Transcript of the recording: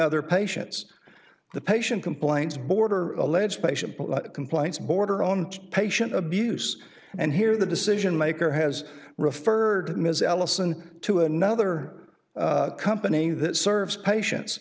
other patients the patient complaints border alleged patient complaints border own patient abuse and here the decision maker has referred ms allison to another company that serves patien